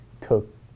took